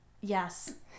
Yes